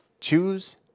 choose